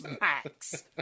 max